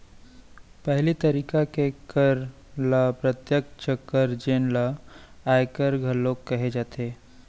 पहिली तरिका के कर ल प्रत्यक्छ कर जेन ल आयकर घलोक कहे जाथे